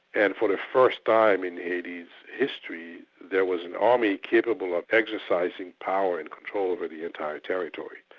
and for the first time in haiti's history, there was an army capable of exercising power and control of the entire territory,